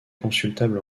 consultable